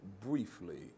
briefly